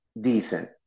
decent